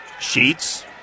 Sheets